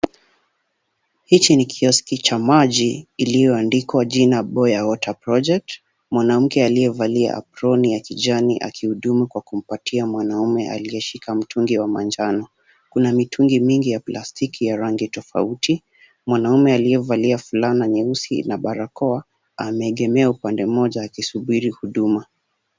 Hichi ni kioski cha maji iliyoandikwa jina Boya Water Project. Mwanamke aliyevalia aproni ya kijani akihudumu kwa kumpatia mwanaume aliyeshika mtungi wa manjano. Kuna mitungi mingi ya plastiki ya rangi tofauti. Mwanaume aliyevalia fulana nyeusi na barakoa ameegemea upande mmoja akisubiri huduma.